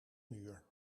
muur